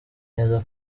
neza